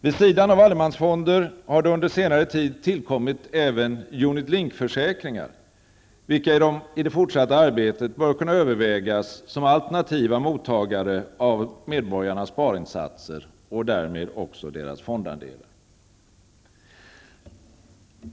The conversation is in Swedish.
Vid sidan av allemansfonder har det under senare tid även tillkommit unit-linkförsäkringar, vilka i det fortsatta arbetet bör kunna övervägas som alternativa mottagare av medborgarnas sparinsatser och därmed också deras fondandelar.